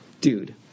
dude